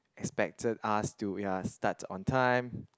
expected us to ya start on time